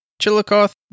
Chillicothe